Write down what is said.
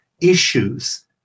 issues